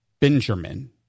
Benjamin